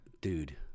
dude